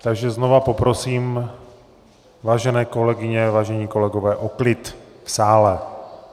Takže znova poprosím, vážené kolegyně, vážení kolegové, o klid v sále.